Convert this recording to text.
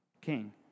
king